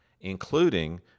including